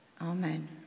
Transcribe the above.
Amen